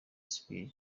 spiegel